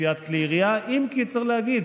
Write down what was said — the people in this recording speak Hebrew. לנשיאת כלי ירייה, אם כי צריך להגיד,